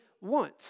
want